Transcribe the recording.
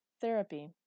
Therapy